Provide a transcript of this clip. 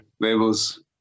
labels